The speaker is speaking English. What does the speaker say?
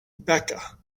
becca